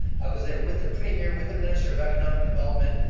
i was there with the premier, with the minister of economic development,